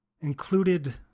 Included